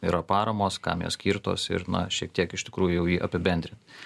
yra paramos kam jos skirtos ir na šiek tiek iš tikrųjų jau jį apibendrint